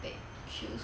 take queues